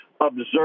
observe